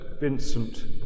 Vincent